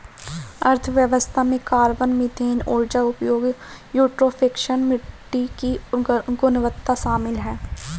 अर्थशास्त्र में carbon, methane ऊर्जा उपयोग, यूट्रोफिकेशन, मिट्टी की गुणवत्ता शामिल है